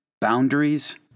Boundaries